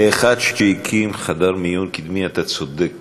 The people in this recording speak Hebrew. כאחד שהקים חדר מיון קדמי, אתה צודק